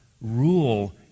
rule